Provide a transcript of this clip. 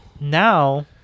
Now